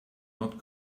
not